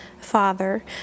father